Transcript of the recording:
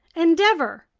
endeavor?